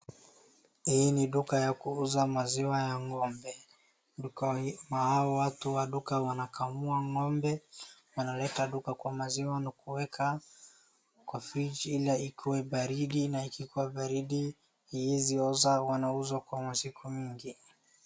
Hii ni duka ya kuuza maziwa ya ng'ombe, hawa watu wa duka wanakamua ng'ombe, wanaleta duka kwa maziwa na kuweka kwa friji ili ikiwe baridi na ikikuwa baridi haiwezi oza inauzwa kwa masiku mingi.